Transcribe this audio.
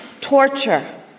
torture